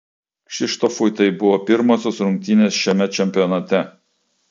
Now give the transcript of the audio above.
kšištofui tai buvo pirmosios rungtynės šiame čempionate